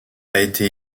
été